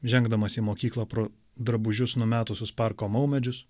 žengdamas į mokyklą pro drabužius numetusius parko maumedžius